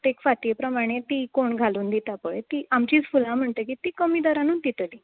प्रत्येक फाटी प्रमाणे ती कोण घालून दिता पळय ती आमचींच फुलां म्हणटकच ती कमी दरानूच दितली